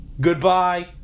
Goodbye